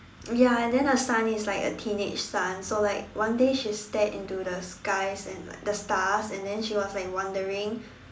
ya and then the son is like a teenage son so like one day she stared into the skies and the stars and then she was like wondering